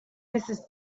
mrs